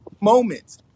moments